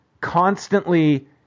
constantly